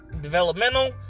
developmental